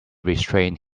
restrained